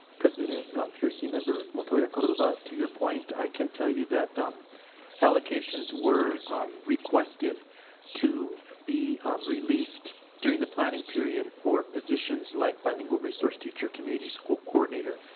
president and um peercy, member montoya-cordova, to your point i can tell you that um allocations were requested to be released during the planning period for positions like bilingual resource teacher, community school coordinator,